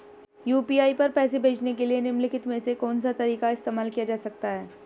UPI पर पैसे भेजने के लिए निम्नलिखित में से कौन सा तरीका इस्तेमाल किया जा सकता है?